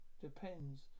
Depends